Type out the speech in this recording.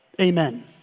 Amen